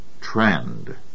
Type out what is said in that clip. trend